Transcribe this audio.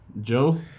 Joe